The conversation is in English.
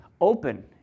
open